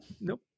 Nope